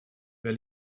wer